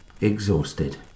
exhausted